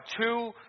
two